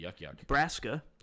Nebraska